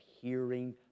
hearing